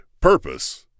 Purpose